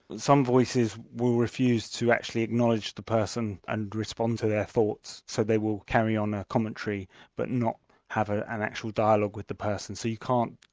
some voices will refuse to actually acknowledge the person and respond to their thoughts, so they will carry on a commentary but not have ah an actual dialogue with the person. so you can't,